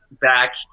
back